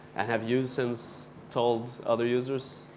have you since told other users?